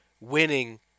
winning